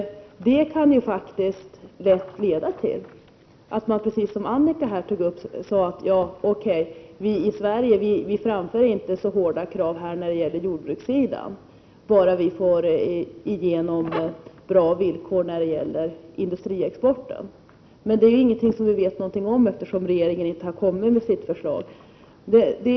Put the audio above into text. Detta kan faktiskt lätt leda till att man — precis som Annika Åhnberg tog upp — säger att vi i Sverige inte framför så hårda krav när det gäller jordbrukssidan, bara vi får igenom bra villkor i fråga om exporten från industrin. Men detta vet vi ingenting om, eftersom regeringen inte har framlagt sitt förslag.